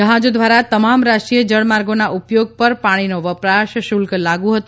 જહાજો દ્વારા તમામ રાષ્ટ્રીય જળમાર્ગોના ઉપયોગ પર પાણીનો વપરાશ શુલ્ક લાગુ હતો